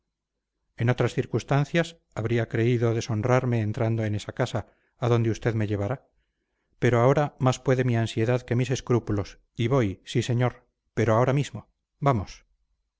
en otras circunstancias habría creído deshonrarme entrando en esa casa a donde usted me llevará pero ahora más puede mi ansiedad que mis escrúpulos y voy sí señor pero ahora mismo vamos